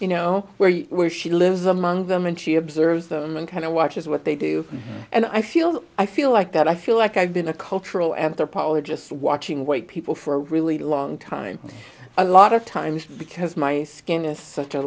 you know where you are she lives among them and she observes them and kind of watches what they do and i feel i feel like that i feel like i've been a cultural anthropologist watching white people for a really long time a lot of times because my skin is such a